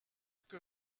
que